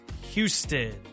Houston